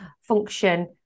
function